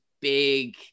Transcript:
big